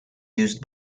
used